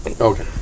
Okay